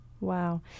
Wow